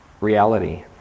reality